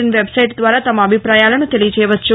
in website ద్వారా తమ అభిప్రాయాలను తెలియచేయవచ్చు